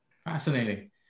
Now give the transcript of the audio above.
Fascinating